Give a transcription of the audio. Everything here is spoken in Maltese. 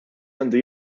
għandu